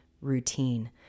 routine